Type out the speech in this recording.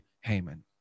haman